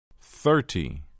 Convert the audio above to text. Thirty